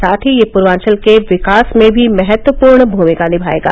साथ ही यह पूर्वांचल के विकास में भी महत्वपूर्ण भूमिका निभायेगा